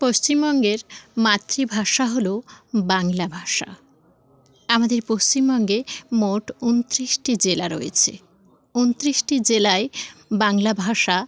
পশ্চিমবঙ্গের মাতৃভাষা হলো বাংলা ভাষা আমাদের পশ্চিমবঙ্গে মোট উনত্রিশটি জেলা রয়েছে উনত্রিশটি জেলায় বাংলা ভাষা